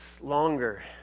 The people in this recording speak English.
longer